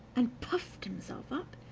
and puffed himself up,